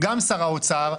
גם שר האוצר,